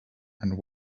and